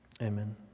Amen